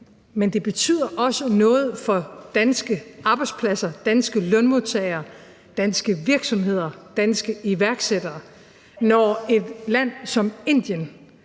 Men det betyder også noget for danske arbejdspladser, danske lønmodtagere, danske virksomheder, danske iværksættere, når et land som Indien